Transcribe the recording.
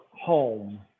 home